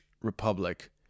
Republic